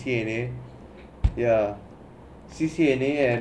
T_N_A ya C_C_N_A and